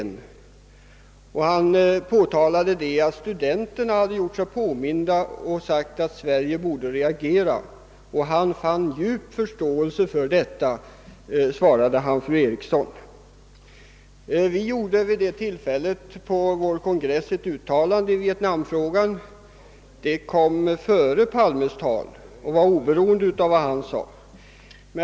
Herr Undén påpekade att studenter gjort sig påminda och sagt att Sverige borde reagera inför händelserna i Vietnam, och på fru Erikssons fråga svarade herr Undén att han hade djup förståelse för studenternas synpunkter. Vår kongress i Gävle gjorde ett uttalande i vietnamfrågan — det gjordes före herr Palmes tal och var oberoende av vad han sade.